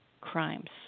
crimes